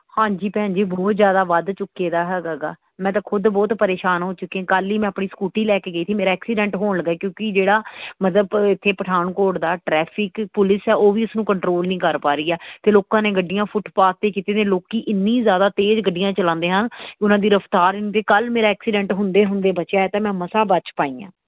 ਹਾਂਜੀ ਭੈਣ ਜੀ ਬਹੁਤ ਜ਼ਿਆਦਾ ਵੱਧ ਚੁੱਕੇ ਦਾ ਹੈਗਾ ਗਾ ਮੈਂ ਤਾਂ ਖੁਦ ਬਹੁਤ ਪਰੇਸ਼ਾਨ ਹੋ ਚੁੱਕੀ ਕੱਲ੍ਹ ਹੀ ਮੈਂ ਆਪਣੀ ਸਕੂਟੀ ਲੈ ਕੇ ਗਈ ਸੀ ਮੇਰਾ ਐਕਸੀਡੈਂਟ ਹੋਣ ਲੱਗਾ ਕਿਉਂਕਿ ਜਿਹੜਾ ਮਤਲਬ ਇੱਥੇ ਪਠਾਨਕੋਟ ਦਾ ਟ੍ਰੈਫਿਕ ਪੁਲਿਸ ਆ ਉਹ ਵੀ ਉਸਨੂੰ ਕੰਟਰੋਲ ਨਹੀਂ ਕਰ ਪਾ ਰਹੀ ਆ ਅਤੇ ਲੋਕਾਂ ਨੇ ਗੱਡੀਆਂ ਫੁਟਪਾਥ 'ਤੇ ਕੀਤੀਆਂ ਨੇ ਲੋਕ ਇੰਨੀ ਜ਼ਿਆਦਾ ਤੇਜ਼ ਗੱਡੀਆਂ ਚਲਾਉਂਦੇ ਹਾਂ ਉਹਨਾਂ ਦੀ ਰਫਤਾਰ ਕੱਲ੍ਹ ਮੇਰਾ ਐਕਸੀਡੈਂਟ ਹੁੰਦੇ ਹੁੰਦੇ ਬਚਿਆ ਤਾਂ ਮੈਂ ਸਮਾਂ ਬੱਚ ਪਾਈ ਆ